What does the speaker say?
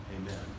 Amen